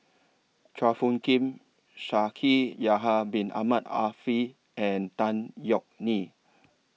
Chua Phung Kim Shaikh Yahya Bin Ahmed Afifi and Tan Yeok Nee